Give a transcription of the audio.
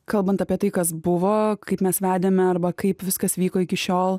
kalbant apie tai kas buvo kaip mes vedėme arba kaip viskas vyko iki šiol